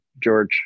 George